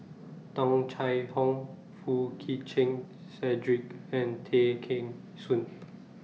Tung Chye Hong Foo Chee Keng Cedric and Tay Kheng Soon